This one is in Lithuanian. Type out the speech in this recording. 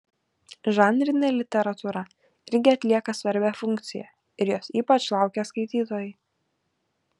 žanrinė literatūra irgi atlieka svarbią funkciją ir jos ypač laukia skaitytojai